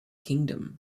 kingdom